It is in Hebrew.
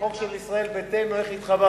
חוק של ישראל ביתנו, איך התחברת?